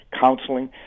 counseling